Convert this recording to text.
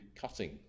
cutting